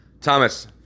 Thomas